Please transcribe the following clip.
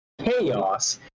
chaos